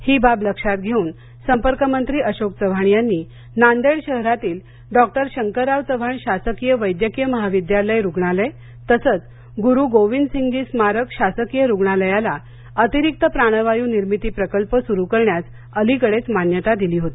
ही बाब लक्षात घेऊन संपर्कमंत्री अशोक चव्हाण यांनी नांदेड शहरातील डॉ शंकरराव चव्हाण शासकीय वैद्यकीय महाविद्यालय रूग्णालय तसंच गुरू गोविंदसिंघजी स्मारक शासकीय रुग्णालयास अतिरिक्त प्राणवायू निर्मिती प्रकल्प सूरू करण्यास अलीकडेच मान्यता दिली होती